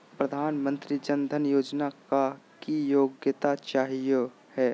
प्रधानमंत्री जन धन योजना ला की योग्यता चाहियो हे?